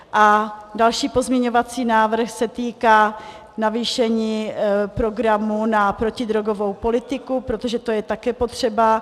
A další pozměňovací návrh se týká navýšení programu na protidrogovou politiku, protože to je také potřeba.